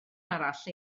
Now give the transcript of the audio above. arall